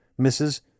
Mrs